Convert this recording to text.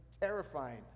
terrifying